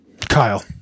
Kyle